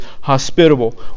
hospitable